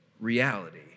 reality